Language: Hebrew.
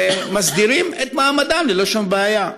ומסדירים את מעמדם ללא שום בעיה,